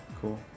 cool